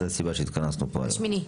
זו הסיבה שהתכנסנו פה היום?